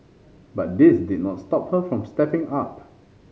but this did not stop her from stepping up